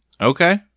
Okay